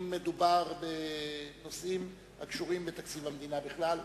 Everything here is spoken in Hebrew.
אם בנושאים הקשורים בתקציב המדינה בכלל.